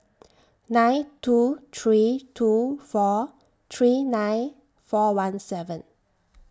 nine two three two four three nine four one seven